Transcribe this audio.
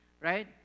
right